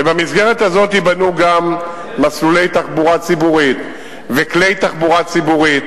ובמסגרת הזאת ייבנו גם מסלולי תחבורה ציבורית וכלי תחבורה ציבורית,